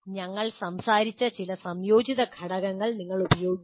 ഞങ്ങൾ സംസാരിച്ച ചില സംയോജിത ഘടകങ്ങൾ നിങ്ങൾ ഉപയോഗിക്കണം